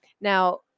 Now